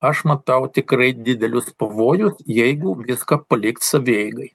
aš matau tikrai didelius pavojų jeigu viską palikt savieigai